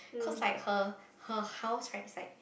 cause like her her house right is like